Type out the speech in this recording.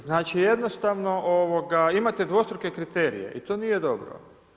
Znači jednostavno imate dvostruke kriterije i to nije dobro.